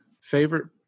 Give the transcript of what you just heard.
Favorite